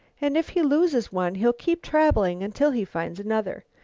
and if he loses one he'll keep traveling until he finds another.